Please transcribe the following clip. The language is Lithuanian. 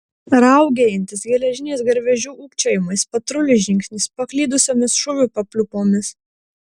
raugėjantis geležiniais garvežių ūkčiojimais patrulių žingsniais paklydusiomis šūvių papliūpomis